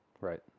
Right